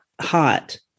hot